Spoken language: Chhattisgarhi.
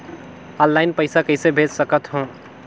ऑनलाइन पइसा कइसे भेज सकत हो?